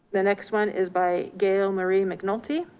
the next one is by gail marie mcnulty,